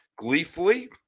gleefully